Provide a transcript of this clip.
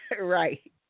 right